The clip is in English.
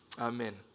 Amen